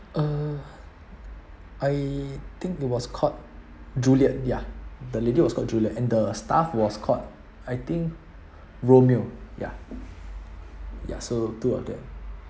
uh I think it was called juliet ya the lady was called juliet and the staff was called I think romeo yeah so two of them